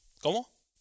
¿Cómo